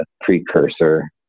precursor